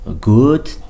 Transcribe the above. good